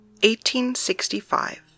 1865